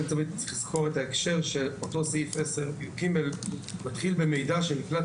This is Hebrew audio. צריך לזכור את ההקשר של אותו סעיף 10ג מתחיל במידע שנקלט